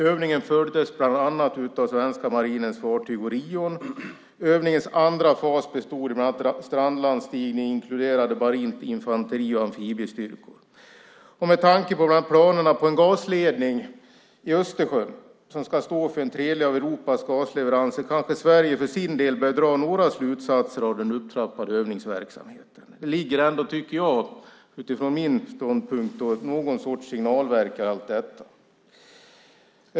Övningen följdes bland annat av den svenska marinens fartyg Orion. Övningens andra fas bestod bland annat av strandlandstigning inkluderande marint infanteri och amfibiestyrkor. Med tanke på planerna på en gasledning i Östersjön som ska stå för en tredjedel av Europas gasleveranser kanske Sverige för sin del bör dra några slutsatser av den upptrappade övningsverksamheten. Jag tycker, utifrån min ståndpunkt, ändå att det ligger någon sorts signal i allt detta.